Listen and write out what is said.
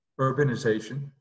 urbanization